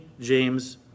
James